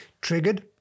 triggered